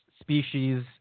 species